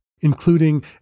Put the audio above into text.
including